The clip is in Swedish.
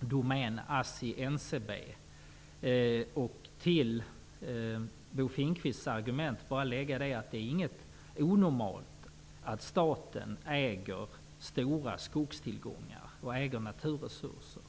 Domän, ASSI och NCB. Till Bo Finnkvists argument vill jag bara lägga att det inte är onormalt att staten äger stora skogstillgångar och naturresurser.